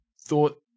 thought